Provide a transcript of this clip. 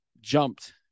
jumped